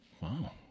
Wow